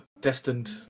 destined